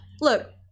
look